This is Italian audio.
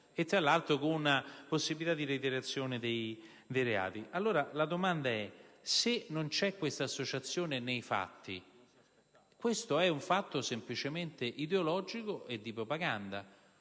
tra l'altro con una possibilità di reiterazione dei reati. Allora, se non c'è questa associazione nei fatti, questo è un aspetto semplicemente ideologico e di propaganda.